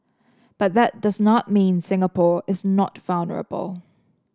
but that does not mean Singapore is not vulnerable